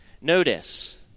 Notice